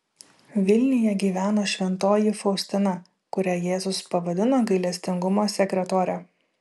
vilniuje gyveno šventoji faustina kurią jėzus pavadino gailestingumo sekretore